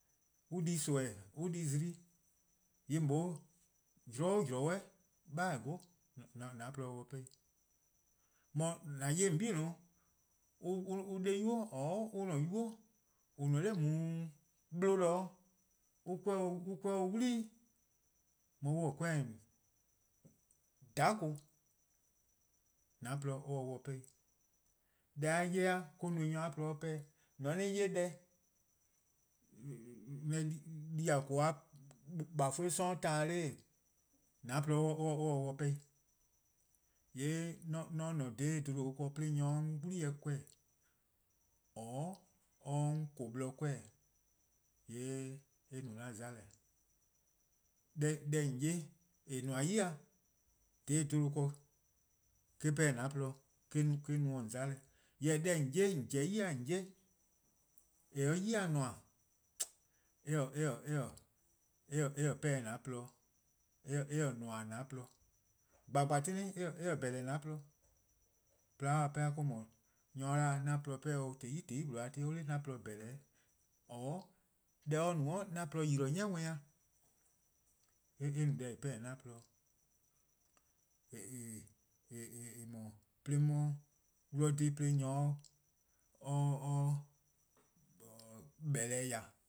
An di nimi, an di zimi:, :yee' zorn 'o zorn :an di 'beheh: 'go, :an :porluh :se-dih 'pehn 'i. :an 'ye :on 'bei' an 'dei' :boi' or' an-a' 'nynuu: :on :ne-a 'de 'bluh de: an 'kweh-dih-uh 'wlii, on mor on-a' 'kweh 'dhakon, :an :porluh :se-' dih 'pehn 'i. Deh-a 'ye-a :eh-: no-eh 'de nyor-a :porluh-a 'pehn-dih, :mor an-a' 'ye deh, an :yeh di :koo:-a :bafuh+ 'sororn' taan 'dee: :an :porluh :se-' dih 'pehn 'i. :yee' :mor 'on :ne :daa 'bluhba ken 'de nyore 'ye 'on deh kor-dih :or or 'ye 'on :koo: blor 'kor-dih: :yee' eh no :an 'mona:-deh:. deh :on 'ye :eh nmor-a 'yi-dih 'dha 'bluhba ken eh-: pehn-dih an :porluh-dih :eh no-dih :on 'mona. Deh :on 'ye-a :on 'pobo-a ya :on 'ye-a :eh se-a 'yi-dih :nmor, eh-' 'pehn-dih an :porluh-dih, eh-' :nmor-dih: an :porluh 'yi-dih, :gba :gba tenen' eh-: :behd-eh'eh: :an-a' :porluh-dih. :porluh-a dih 'pehn-a eh-: 'dhu, 'tehn 'i 'tehn :bluhba-a' ti :mor nyor 'da 'an :porluh 'pehn-dih, :yee' or 'da 'an :porluh :beh-deh'eh, :or deh or no-a 'an :porluh :yi-dih: 'ni worn-dih. eh no deh :eh 'pehn-dih 'an :porluh-dih. :eh :mor 'on 'ye-dih :dhe 'de nyor 'ya 'on bhee :ya